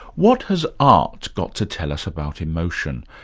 what has art got to tell us about emotion?